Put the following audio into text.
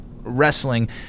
wrestling